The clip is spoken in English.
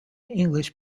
english